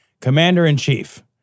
Commander-in-Chief